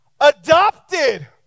Adopted